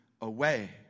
away